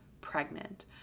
pregnant